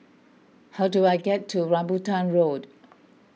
how do I get to Rambutan Road